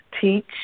teach